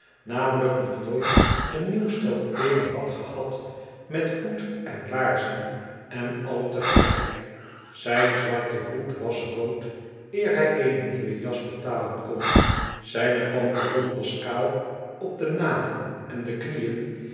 namelijk nog nooit een nieuw stel kleeren had gehad met hoed en laarzen en al te gelijk zijn zwarte hoed was rood eer hij eene nieuwe jas betalen kon zijne pantalon was kaal op de naden en de knieën